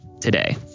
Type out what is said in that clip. today